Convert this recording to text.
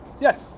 Yes